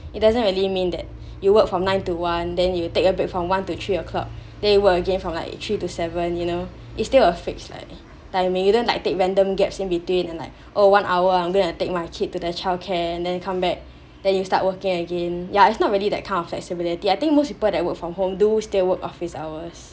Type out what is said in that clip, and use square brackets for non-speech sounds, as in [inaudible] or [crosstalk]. it doesn't really mean that [breath] you work from nine to one then you take a break from one to three o'clock then you work again from like three to seven you know it's still a fixed like timing you don't like take random gaps in between and like oh one hour I'm gonna take my kids to their childcare and then come back then you start working again ya it's not really that kind of flexibility I think most people that work from home do stay work office hours